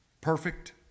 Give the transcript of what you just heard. perfect